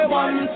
one